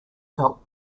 felt